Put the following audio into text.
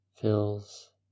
fills